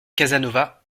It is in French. casanova